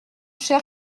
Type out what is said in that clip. cher